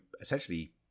essentially